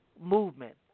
movement